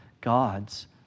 God's